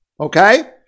okay